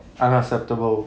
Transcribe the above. unacceptable